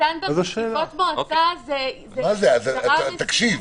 עו"ד זנדברג, ישיבות מועצה זה הגדרה מסודרת.